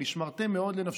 ונשמרתם מאוד לנפשותיכם,